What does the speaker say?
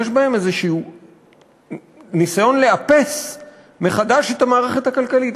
יש בהם איזשהו ניסיון לאפס מחדש את המערכת הכלכלית,